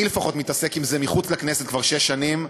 אני לפחות מתעסק עם זה מחוץ לכנסת כבר שש שנים,